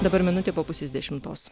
dabar minutė po pusės dešimtos